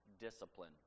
discipline